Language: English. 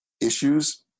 issues